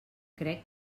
crec